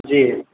जी